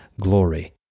glory